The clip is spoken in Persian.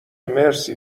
مرسی